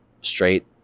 straight